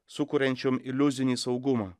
sukuriančiom iliuzinį saugumą